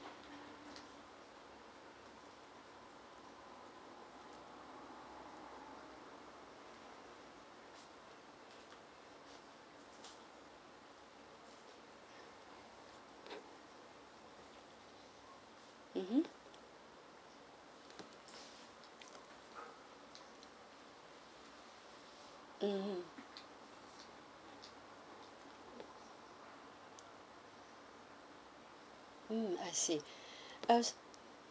mmhmm mmhmm mm I see I was